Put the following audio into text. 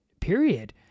period